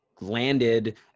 landed